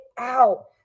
out